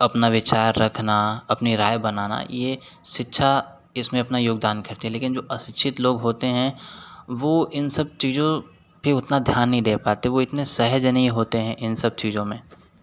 अपना विचार रखना अपनी राय बनाना ये शिक्षा इसमे अपना योगदान करती हैं लेकिन जो अशिक्षित लोग होते हैं वो इन सब चीज़ों पर उतना ध्यान नहीं दे पाते वो इतने सहज नहीं होते है इन सब चीज़ों में